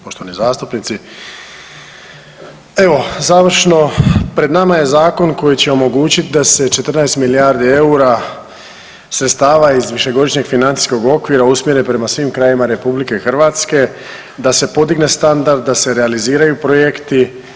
Poštovani zastupnici, evo završno pred nama je zakon koji će omogućiti da se 14 milijardi EUR-a sredstva iz višegodišnjeg financijskog okvira usmjere prema svim krajevima RH, da se podigne standard, da se realiziraju projekti.